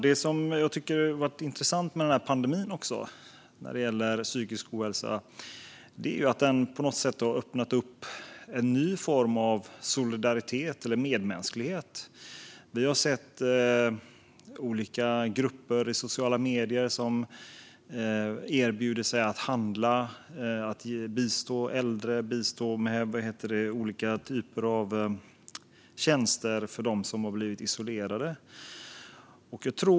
Det jag tycker har varit intressant med pandemin när det gäller psykisk ohälsa är att pandemin på något sätt har öppnat upp för en ny form av solidaritet eller medmänsklighet. Vi har sett olika grupper i sociala medier där människor erbjuder sig att handla åt äldre och bistå med olika typer av tjänster åt dem som har blivit isolerade.